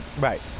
Right